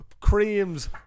creams